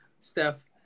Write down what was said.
Steph